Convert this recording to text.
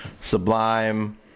Sublime